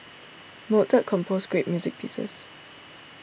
Mozart composed great music pieces